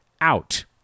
out